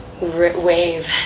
wave